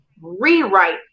rewrite